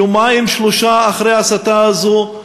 יומיים-שלושה אחרי ההסתה הזאת,